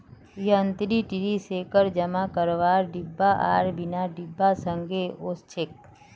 यांत्रिक tree shaker जमा रखवार डिब्बा आर बिना डिब्बार संगे ओसछेक